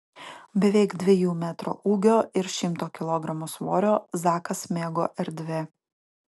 beveik dviejų metrų ūgio ir šimto kilogramų svorio zakas mėgo erdvę